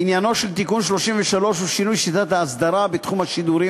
עניינו של תיקון 33 הוא שינוי שיטת האסדרה בתחום השידורים